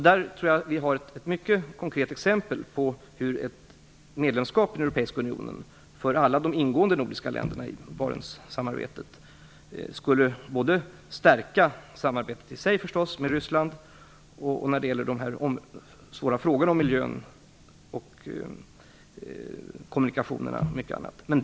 Jag tror att detta är ett mycket konkret exempel på hur ett medlemskap i Europeiska unionen skulle stärka samarbetet med Ryssland för alla de i Barentssamarbetet ingående nordiska länderna när det gäller bl.a. de svåra frågorna om miljön och kommunikationerna i Barentsområdet.